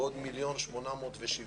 ועוד מיליון ו-870,000